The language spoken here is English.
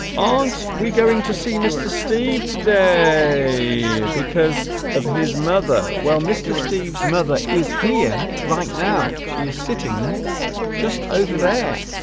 aren't we going to see mr. steve today because of his mother well mr. steve's mother is here right now she is sitting just over there